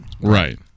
Right